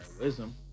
wisdom